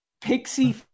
pixie